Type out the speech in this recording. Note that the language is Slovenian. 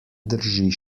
drži